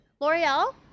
L'Oreal